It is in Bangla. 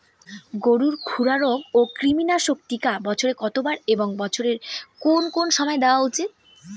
গরুর খুরা রোগ ও কৃমিনাশক টিকা বছরে কতবার এবং বছরের কোন কোন সময় দেওয়া উচিৎ?